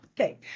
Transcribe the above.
Okay